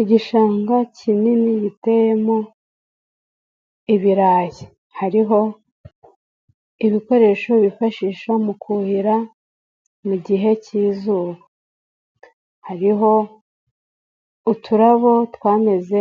Igishanga kinini giteyemo ibirayi. Hariho ibikoresho bifashisha mu kuhira mu gihe k'izuba. Hariho uturabo twameze